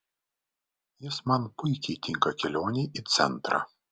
jis man puikiai tinka kelionei į centrą